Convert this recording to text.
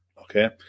Okay